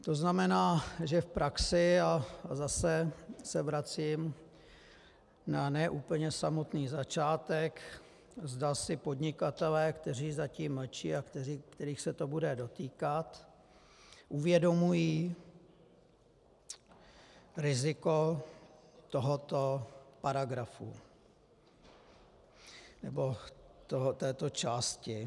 To znamená, že v praxi, a zase se vracím na ne úplně samotný začátek, zda si podnikatelé, kteří zatím mlčí a kterých se to bude dotýkat, uvědomují riziko tohoto paragrafu, nebo této části.